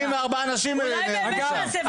44 אנשים נהרגו שם.